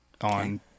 on